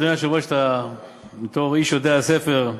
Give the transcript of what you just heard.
אדוני היושב-ראש, בתור איש יודע ספר,